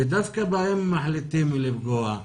ודווקא בהם מחליטים לפגוע.